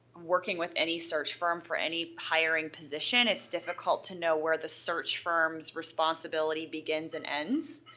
working with any search firm for any hiring position, it's difficult to know where the search firm's responsibility begins and ends.